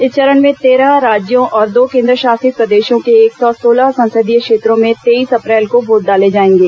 इस चरण में तेरह राज्यों और दो केन्द्रशासित प्रदेशों के एक सौ सोलह संसदीय क्षेत्रों में तेईस अप्रैल को वोट डाले जाएंगे